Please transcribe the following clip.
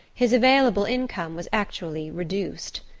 his available income was actually reduced.